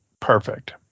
perfect